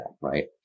right